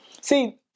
See